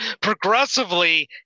progressively